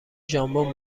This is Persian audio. ژامبون